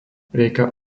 rieka